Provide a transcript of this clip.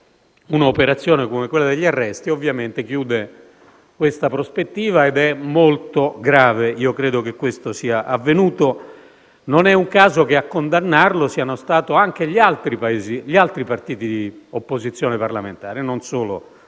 un'operazione come quella degli arresti ovviamente chiude questa prospettiva ed è molto grave: io credo che questo sia avvenuto. Non è un caso che a condannare l'operazione siano stati anche gli altri partiti di opposizione parlamentare, e non solo,